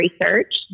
research